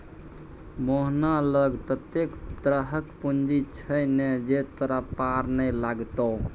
मोहना लग ततेक तरहक पूंजी छै ने जे तोरा पार नै लागतौ